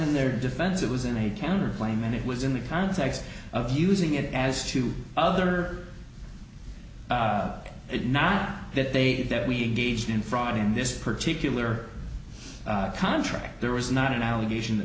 in their defense it was in a town or claim and it was in the context of using it as two other it not that they that we gauged in fraud in this particular contract there was not an allegation that